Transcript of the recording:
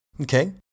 Okay